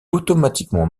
automatiquement